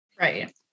Right